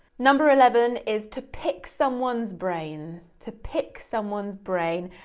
number eleven is, to pick someone's brain, to pick someone's brain,